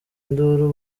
induru